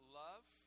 love